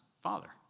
Father